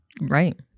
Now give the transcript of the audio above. Right